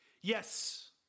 Yes